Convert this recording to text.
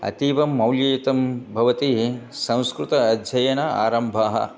अतीव मौल्ययुक्तं भवति संस्कृताध्ययनस्य आरम्भः